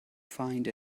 find